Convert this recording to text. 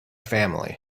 family